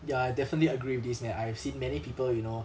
ya I definitely agree with this man I've seen many people you know